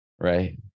right